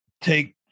take